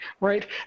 right